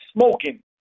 smoking